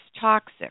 toxic